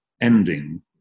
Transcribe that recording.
ending